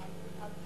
שר,